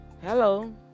Hello